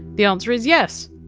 the answer is yes!